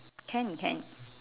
can can